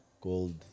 called